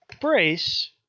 brace